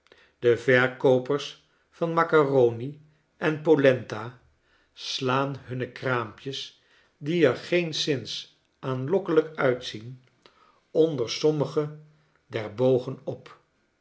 de verkoopers van macaroni en polenta slaan hunne kraampjes die er geenszins aanlokkelijk uitzien onder sommige der bogen op